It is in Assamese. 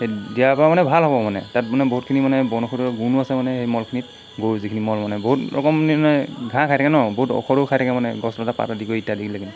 সেই দিয়াৰপৰা মানে ভাল হ'ব মানে তাত মানে বহুতখিনি মানে বন ঔষধৰ গুণো আছে মানে সেই মলখিনিত গৰু যিখিনি মল মানে বহুত ৰকম ঘাঁহ খাই থাকে ন বহুত ঔষধো খাই থাকে মানে গছ লতা পাত দি ইত্যাদি কৰি